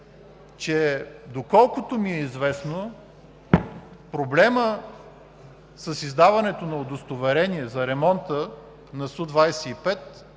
че доколкото ми е известно, проблемът с издаването на удостоверения за ремонта на Су-25